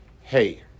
Hey